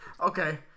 okay